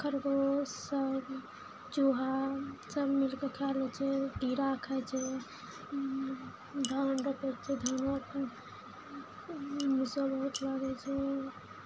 खरगोश सब चूहा सब मिलके खा लै छै कीड़ा खाइ छै धान रोपै छै धानोसब खा लागै छै